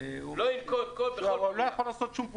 לא אמור להעביר את תיעוד לספק הגז?